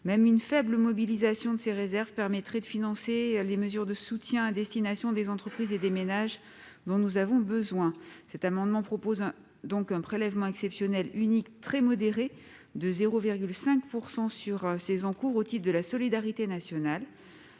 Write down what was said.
même une faible mobilisation de ces réserves permettrait de financer les mesures de soutien à destination des entreprises et des ménages dont nous avons besoin. Nous proposons donc un prélèvement exceptionnel unique très modéré de 0,5 % sur ces encours au titre de la solidarité nationale.